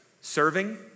Serving